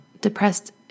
depressed